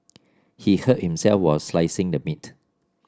he hurt himself while slicing the meat